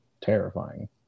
Terrifying